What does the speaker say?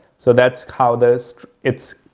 so, that's how this it's,